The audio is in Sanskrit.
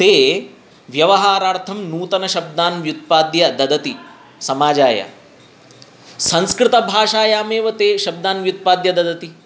ते व्यवहारार्थं नूतन शब्दान् व्युत्पाद्य ददति समाजाय संस्कृतभाषायाम् एव ते शब्दान् व्युत्पाद्य ददति